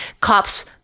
cops